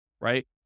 right